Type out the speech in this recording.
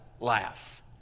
laugh